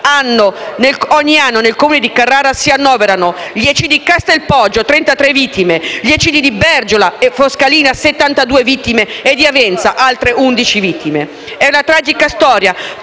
ogni anno nel Comune di Carrara si annoverano: gli eccidi di Castelpoggio (33 vittime), di Bergiola Foscalina (72 vittime) e di Avenza (11 vittime). È una tragica storia